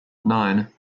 nine